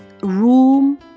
room